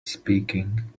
speaking